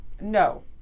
No